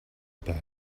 about